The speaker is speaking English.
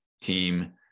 team